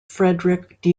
frederick